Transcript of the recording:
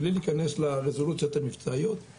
מבלי להיכנס לרזולוציות המבצעיות,